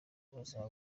ubuzima